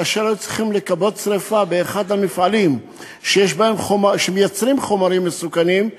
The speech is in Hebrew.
כאשר היו צריכים לכבות שרפה באחד המפעלים שמייצרים חומרים מסוכנים,